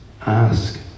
ask